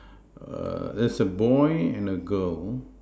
err there's a boy and a girl